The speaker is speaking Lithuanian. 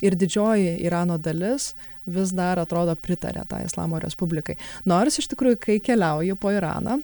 ir didžioji irano dalis vis dar atrodo pritaria tai islamo respublikai nors iš tikrųjų kai keliauji po iraną